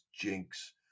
jinx